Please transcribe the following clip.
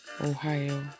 Ohio